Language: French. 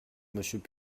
monsieur